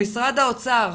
למשרד האוצר,